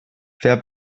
wer